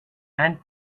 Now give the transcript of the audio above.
aunt